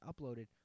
uploaded